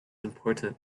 important